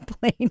plane